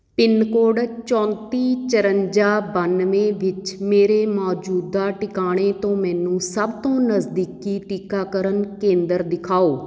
pin code ਚੌਂਤੀ ਚੁਰੰਜਾ ਬਾਨ੍ਹਵੇਂ ਵਿੱਚ ਮੇਰੇ ਮੌਜੂਦਾ ਟਿਕਾਣੇ ਤੋਂ ਮੈਨੂੰ ਸਭ ਤੋਂ ਨਜ਼ਦੀਕੀ ਟੀਕਾਕਰਨ ਕੇਂਦਰ ਦਿਖਾਓ